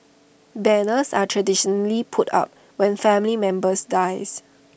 banners are traditionally put up when family members dies